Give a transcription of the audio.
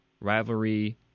rivalry